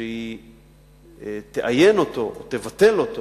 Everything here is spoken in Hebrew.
שהיא תאיין אותו או תבטל אותו,